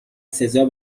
سزا